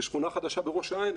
בשכונה בראש העין,